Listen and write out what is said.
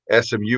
SMU